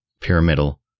pyramidal